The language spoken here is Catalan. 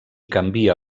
canvia